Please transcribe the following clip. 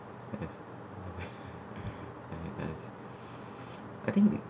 yes yes I think